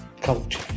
culture